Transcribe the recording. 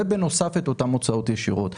ובנוסף את אותן הוצאות ישירות.